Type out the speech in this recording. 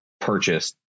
purchased